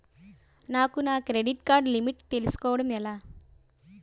నాకు నా credit card limit తెలుసుకోవడం ఎలా?